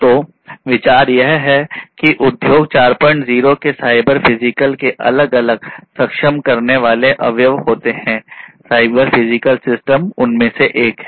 तो विचार यह है कि उद्योग 40 के साइबर फिजिकल के अलग अलग सक्षम करने वाले अवयव होते हैं साइबर फिजिकल सिस्टम उनमें से एक है